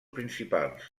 principals